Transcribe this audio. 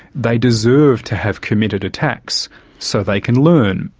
they deserve to have committed attacks so they can learn,